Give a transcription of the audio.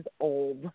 old